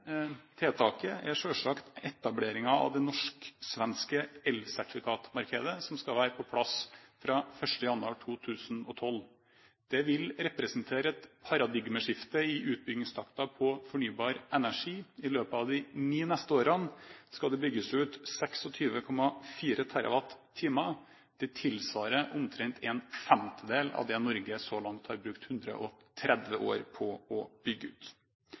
tiltaket er selvsagt etableringen av det norsk-svenske elsertifikatmarkedet, som skal være på plass fra 1. januar 2012. Det vil representere et paradigmeskifte i utbyggingstakten på fornybar energi. I løpet av de ni neste årene skal det bygges ut 26,4 TWh. Det tilsvarer omtrent en femtedel av det Norge så langt har brukt 130 år på å bygge ut.